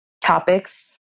topics